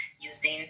using